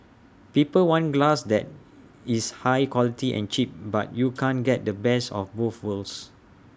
people want glass that is high quality and cheap but you can't get the best of both worlds